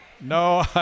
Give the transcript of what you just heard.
No